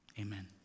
amen